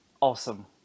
awesome